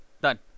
done